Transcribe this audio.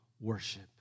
worship